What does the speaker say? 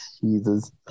jesus